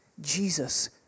Jesus